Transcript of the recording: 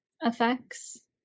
effects